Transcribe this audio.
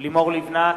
לימור לבנת,